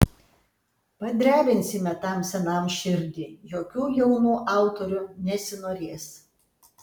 padrebinsime tam senam širdį jokių jaunų autorių nesinorės